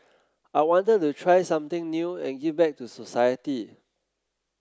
I wanted to try something new and give back to society